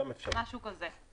משהו כזה.